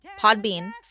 Podbean